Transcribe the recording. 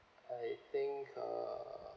I think uh